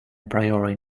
priori